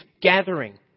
gathering